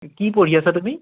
কি পঢ়ি আছা তুমি